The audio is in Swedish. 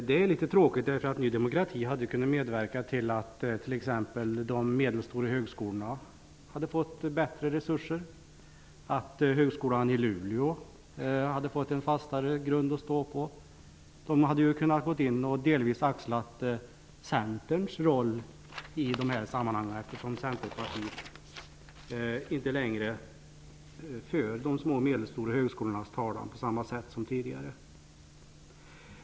Det är litet tråkigt, därför att Ny demokrati hade kunnat medverka till att t.ex. de medelstora högskolorna hade fått bättre resurser, att Högskolan i Luleå hade fått en fastare grund att stå på. Ny demokrati hade kunnat gå in och delvis axla Centerns roll i de här sammanhangen, eftersom Centerpartiet inte längre för de små och medelstora högskolornas talan på samma sätt som tidigare.